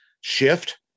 shift